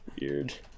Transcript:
weird